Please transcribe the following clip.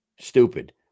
stupid